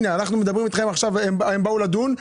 הנה אנחנו מדברים איתכם עכשיו שהם באו לדון.